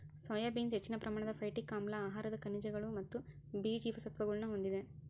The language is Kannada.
ಸೋಯಾ ಬೀನ್ಸ್ ಹೆಚ್ಚಿನ ಪ್ರಮಾಣದ ಫೈಟಿಕ್ ಆಮ್ಲ ಆಹಾರದ ಖನಿಜಗಳು ಮತ್ತು ಬಿ ಜೀವಸತ್ವಗುಳ್ನ ಹೊಂದಿದೆ